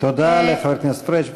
תודה לחבר הכנסת פריג'.